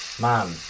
Man